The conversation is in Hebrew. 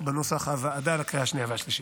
בנוסח הוועדה בקריאה השנייה והשלישית.